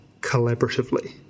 collaboratively